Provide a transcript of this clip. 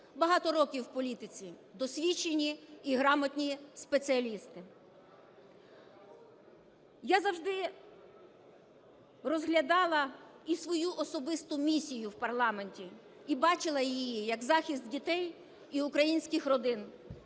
багато років в політиці, досвідчені і грамотні спеціалісти. Я завжди розглядала і свою особисту місію в парламенті і бачила її як захист дітей і українських родин,